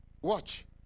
Watch